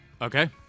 Okay